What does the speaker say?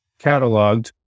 cataloged